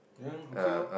then okay loh